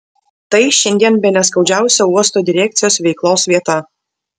tai šiandien bene skaudžiausia uosto direkcijos veiklos vieta